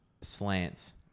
slants